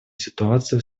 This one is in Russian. ситуации